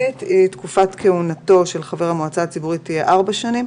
"תקופת כהונתו של חבר המועצה הציבורית תהיה ארבע שנים,